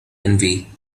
envy